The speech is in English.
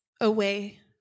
away